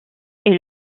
est